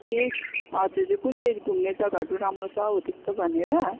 ए हजुर कुन चाहिँ घुम्ने जग्गाहरू राम्रो छ हो त्यस्तो भनेर